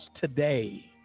today